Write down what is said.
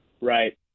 right